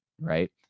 right